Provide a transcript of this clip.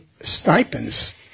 stipends